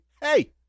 hey